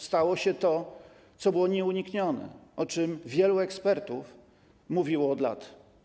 Stało się to, co było nieuniknione, to, o czym wielu ekspertów mówiło od lat.